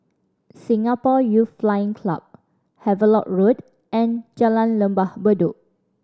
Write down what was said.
Singapore Youth Flying Club Havelock Road and Jalan Lembah Bedok